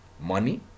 money